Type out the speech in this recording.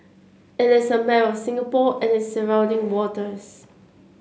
it is a map of Singapore it is surrounding waters